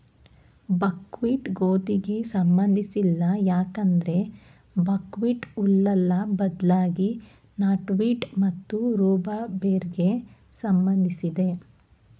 ಬಕ್ wheat ಗೋಧಿಗೆ ಸಂಬಂಧಿಸಿಲ್ಲ ಯಾಕಂದ್ರೆ ಬಕ್ಹ್ವೀಟ್ ಹುಲ್ಲಲ್ಲ ಬದ್ಲಾಗಿ ನಾಟ್ವೀಡ್ ಮತ್ತು ರೂಬಾರ್ಬೆಗೆ ಸಂಬಂಧಿಸಿದೆ